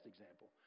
example